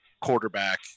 quarterback